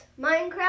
Minecraft